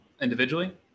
individually